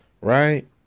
right